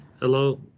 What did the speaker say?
Hello